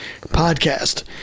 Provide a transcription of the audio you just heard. podcast